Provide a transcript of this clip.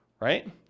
Right